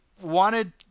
wanted